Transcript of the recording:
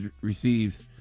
receives